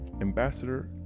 Ambassador